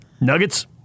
Nuggets